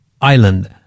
island